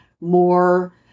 more